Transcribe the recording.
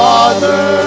Father